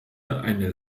eine